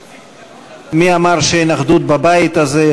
מי אמר שאין אחדות בבית הזה?